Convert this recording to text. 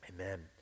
Amen